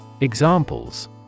Examples